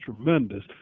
tremendous